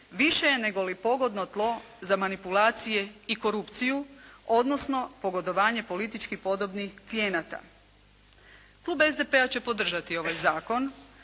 više je nego li pogodno tlo za manipulacije i korupciju, odnosno pogodovanje političkih podobnih klijenata. Klub SDP-a će podržati ovaj zakon,